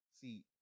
See